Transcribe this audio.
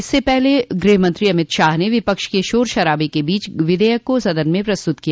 इससे पहले गृहमंत्री अमित शाह ने विपक्ष के शोर शराबे के बीच विधेयक को सदन में प्रस्तुत किया